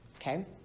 Okay